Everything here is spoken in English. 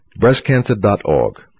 BreastCancer.org